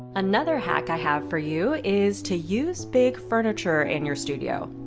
another hack i have for you is to use big furniture in your studio.